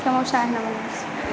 समोसा अहिना बनबै छी